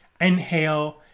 inhale